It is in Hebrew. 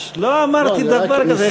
לא אמרתי דבר כזה.